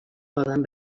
poden